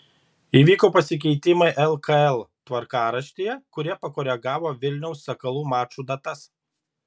įvyko pasikeitimai lkl tvarkaraštyje kurie pakoregavo vilniaus sakalų mačų datas